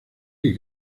que